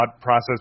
process